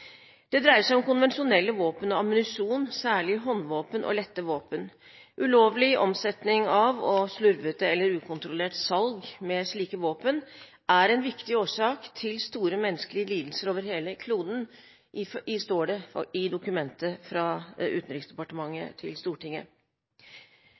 Det dreier seg om konvensjonelle våpen og ammunisjon, særlig håndvåpen og lette våpen. Ulovlig omsetning og slurvete eller ukontrollert salg av slike våpen er en viktig årsak til store menneskelige lidelser over hele kloden, står det i dokumentet fra Utenriksdepartementet